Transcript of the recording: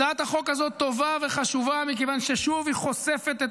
הצעת החוק הזאת טובה וחשובה מכיוון ששוב היא חושפת את